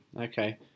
Okay